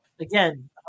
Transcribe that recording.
Again